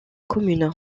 commune